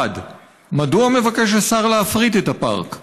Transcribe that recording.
1. מדוע מבקש השר להפריט את הפארק?